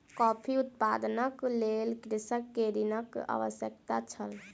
coffee उत्पादनक लेल कृषक के ऋणक आवश्यकता छल